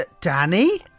Danny